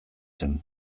zen